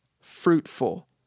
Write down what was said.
fruitful